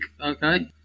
okay